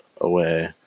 away